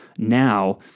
Now